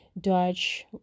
dutch